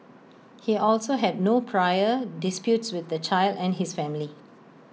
he also had no prior disputes with the child and his family